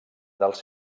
dels